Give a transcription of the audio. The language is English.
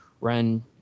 run